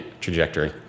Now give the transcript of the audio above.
trajectory